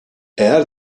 eğer